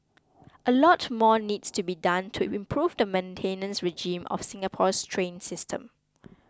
a lot more needs to be done to improve the maintenance regime of Singapore's train system